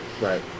Right